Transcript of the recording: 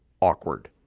awkward